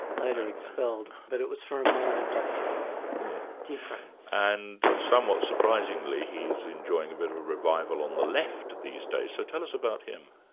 later expelled. but it was for a minor doctrinal difference. and somewhat surprisingly, he is enjoying a bit of a revival on the left these days. so tell us about him.